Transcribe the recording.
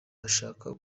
bashaka